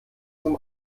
zum